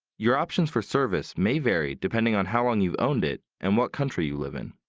your options for service may vary depending on how long you've owned it and what country you live in.